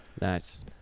nice